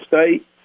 State